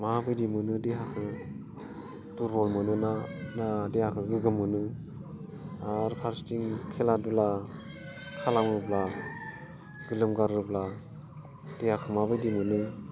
माबायदि मोनो देहाखौ दुलबल मोनोना ना देहाखौ गोग्गोम मोनो आरो फारसेथिं खेला धुला खालामोबा गोलोमगारोब्ला देहाखौ माबायदि मोनो